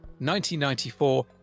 1994